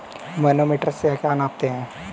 Manometer से क्या नापते हैं?